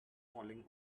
falling